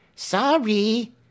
Sorry